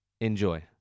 Enjoy